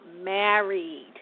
married